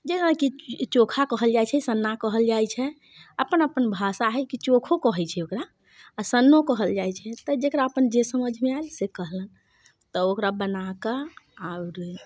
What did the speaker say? जेनाकि चोखा कहल जाइत छै सन्ना कहल जाइत छै अपन अपन भाषा हय की चोखो कहैत छै ओकरा आ सन्नो कहल जाइ छै तऽ जेकरा अपन जे समझमे आएल से कहलक तऽ ओकरा बनाक आओर